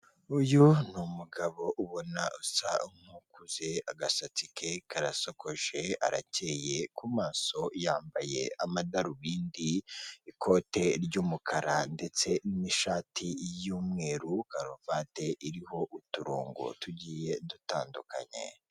Uyu ni umugabo ubona usa nk'ukuze agasatsi ke karasakoje arake ku maso yambaye amadarubindi, ikote ry'umukara ndetse n'ishati y'umweru, karuvati iriho uturongo tugiye dutandukanye.